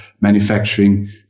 manufacturing